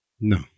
no